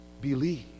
believe